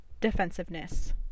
defensiveness